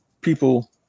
people